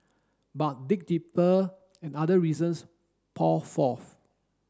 but dig deeper and other reasons pour forth